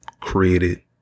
created